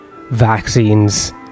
vaccines